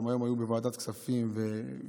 שהיום היו גם בוועדת הכספים ודיברו,